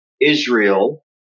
Israel